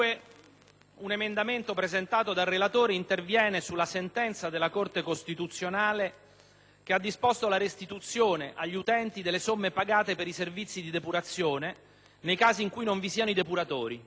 un emendamento presentato dal relatore interviene sulla sentenza della Corte costituzionale che ha disposto la restituzione agli utenti delle somme pagate per i servizi di depurazione nei casi in cui non vi siano i depuratori.